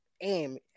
aim